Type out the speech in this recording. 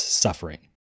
suffering